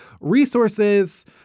resources